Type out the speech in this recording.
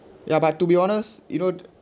ya but to be honest you know the